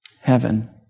heaven